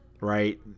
Right